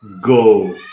Go